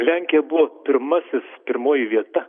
lenkija buvo pirmasis pirmoji vieta